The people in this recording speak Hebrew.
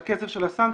הכסף של הסנקציה,